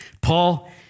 Paul